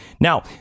Now